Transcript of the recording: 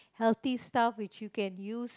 healthy stuff which you can use